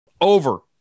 over